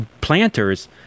planters